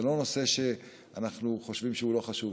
זה לא נושא שאנחנו חושבים שהוא לא חשוב.